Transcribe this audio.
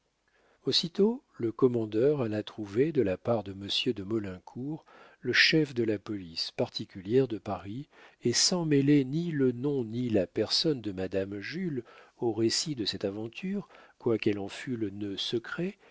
aussitôt le commandeur alla trouver de la part de monsieur de maulincour le chef de la police particulière de paris et sans mêler ni le nom ni la personne de madame jules au récit de cette aventure quoiqu'elle en fût le nœud secret